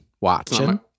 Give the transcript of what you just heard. watching